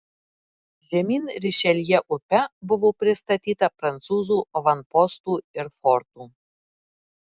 žemyn rišeljė upe buvo pristatyta prancūzų avanpostų ir fortų